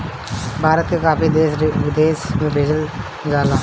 भारत के काफी देश विदेश में भेजल जाला